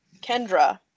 Kendra